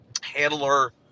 handler